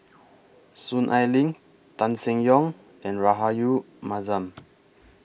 Soon Ai Ling Tan Seng Yong and Rahayu Mahzam